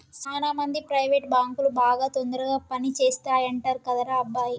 సాన మంది ప్రైవేట్ బాంకులు బాగా తొందరగా పని చేస్తాయంటరు కదరా అబ్బాయి